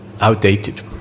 outdated